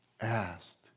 Asked